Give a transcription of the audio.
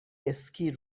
اسکی